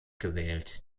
gewählt